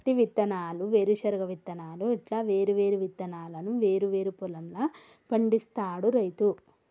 పత్తి విత్తనాలు, వేరుశన విత్తనాలు ఇట్లా వేరు వేరు విత్తనాలను వేరు వేరు పొలం ల పండిస్తాడు రైతు